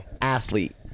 athlete